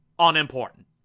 unimportant